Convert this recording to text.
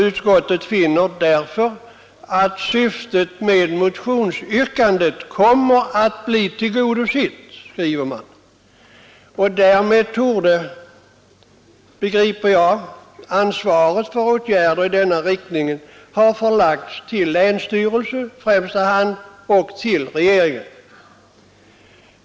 Utskottet finner därför att syftet med motionsyrkandet kommer att bli tillgodosett, skriver man. Därmed torde, förstår jag, ansvaret för åtgärder i denna riktning ha förlagts till i första hand länsstyrelse och till regering.